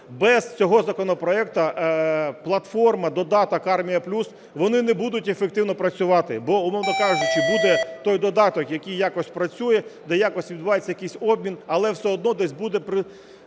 без цього законопроекту платформа, додаток "Армія+", вони не будуть ефективно працювати. Бо, умовно кажучи, буде той додаток, який якось працює, де якось відбувається якийсь обмін, але все одно десь буде